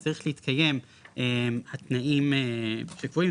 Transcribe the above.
צריך להתקיים התנאים שקבועים,